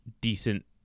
decent